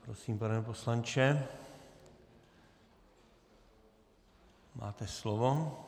Prosím, pane poslanče, máte slovo.